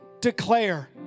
declare